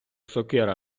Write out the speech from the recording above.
сокира